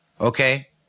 okay